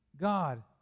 God